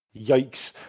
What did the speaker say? Yikes